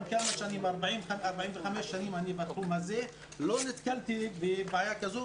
45 שנים אני בתחום הזה ולא נתקלתי בבעיה כזו,